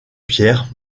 pierre